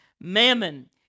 Mammon